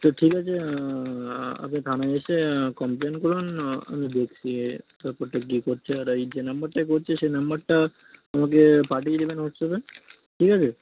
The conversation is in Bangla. আচ্ছা ঠিক আছে আপনি থানায় এসে কমপ্লেন করুন আমি দেখছি এ ব্যাপারটা কী করছে এরা এই যে নাম্বারটায় করছে সে নাম্বারটা আমাকে পাটিয়ে দেবেন হোয়াটস্যাপে ঠিক আছে